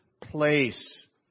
place